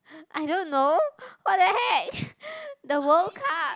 I don't know what-the-heck the World-Cup